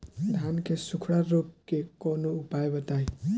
धान के सुखड़ा रोग के कौनोउपाय बताई?